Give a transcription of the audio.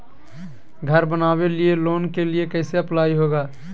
घर बनावे लिय लोन के लिए कैसे अप्लाई होगा?